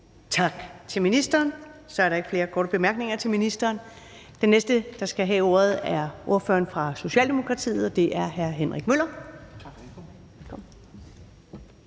Tak til ministeren. Der er ikke flere korte bemærkninger til ministeren. Den næste, der skal have ordet, er ordføreren fra Socialdemokratiet, og det er hr. Henrik Møller.